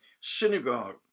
synagogue